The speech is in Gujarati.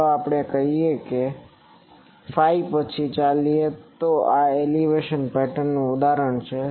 ચાલો આપણે કહીએ કે ફાઈ પછી ચાલીએ તે આ એલિવેશન પેટર્નનું ઉદાહરણ છે